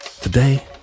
Today